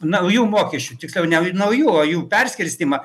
naujų mokesčių tiksliau ne naujų o jų perskirstymą